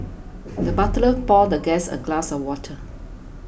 the butler poured the guest a glass of water